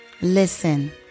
listen